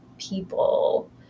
people